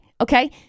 okay